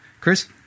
Chris